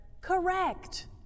correct